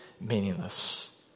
meaningless